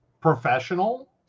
professional